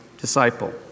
disciple